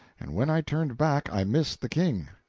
and when i turned back i missed the king!